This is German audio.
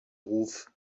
ruf